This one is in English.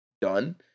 done